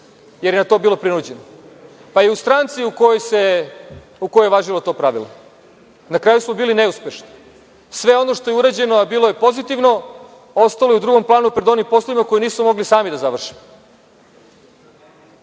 jer je bilo prinuđeno na to, pa i u stranci u kojoj je važilo to pravilo. Na kraju smo bili neuspešni. Sve ono što je urađeno bilo je pozitivno. Ostalo je drugom planu pred onim poslovima koje nismo mogli sami da završimo. Kako